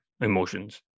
emotions